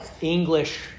English